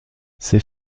ces